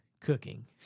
cooking